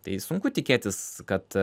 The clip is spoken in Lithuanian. tai sunku tikėtis kad